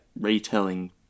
retelling